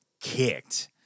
kicked